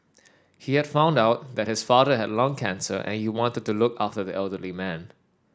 he had found out that his father had lung cancer and he wanted to look after the elderly man